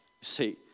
See